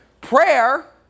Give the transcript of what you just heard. Prayer